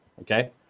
Okay